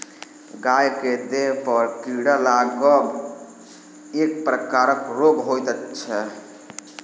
गाय के देहपर कीड़ा लागब एक प्रकारक रोग होइत छै